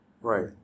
Right